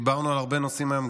דיברנו על הרבה נושאים היום,